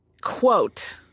Quote